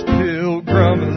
pilgrim